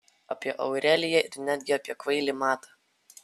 apie aureliją ir netgi apie kvailį matą